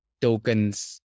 tokens